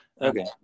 Okay